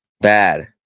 Bad